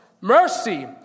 Mercy